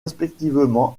respectivement